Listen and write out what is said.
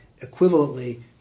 equivalently